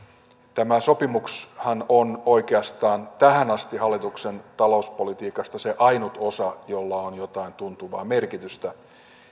tämä sopimushan on oikeastaan tähän asti hallituksen talouspolitiikasta se ainut osa jolla on jotain tuntuvaa merkitystä